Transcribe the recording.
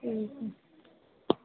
ठीक ऐ